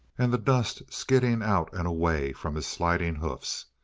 and the dust skidding out and away from his sliding hoofs.